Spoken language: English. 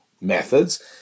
methods